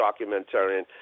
documentarian